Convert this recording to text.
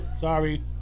Sorry